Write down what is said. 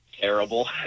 terrible